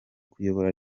kuyobora